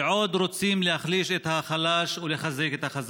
רוצים להחליש את החלש ולחזק את החזק.